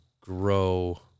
grow